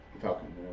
Falcon